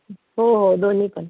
हो हो दोन्ही पण